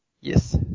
Yes